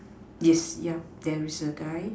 yes yeah there is a guy